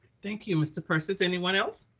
thank you, mr. persis. anyone else?